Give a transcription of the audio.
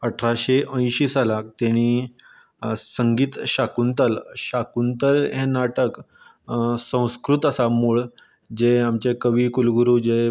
अठराशे अंयशी सालांत तेणी संगीत शाकुंतल शाकुंतल हें नाटक संस्कृत आसा मूळ जे आमचे कवी कुलगूरू जे